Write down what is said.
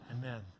Amen